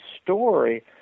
story